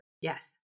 yes